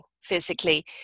physically